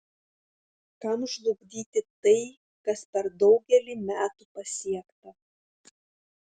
kam žlugdyti tai kas per daugelį metų pasiekta